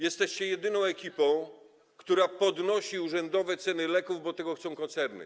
Jesteście jedyną ekipą, którą podnosi urzędowe ceny leków, bo tego chcą koncerny.